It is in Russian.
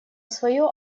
свое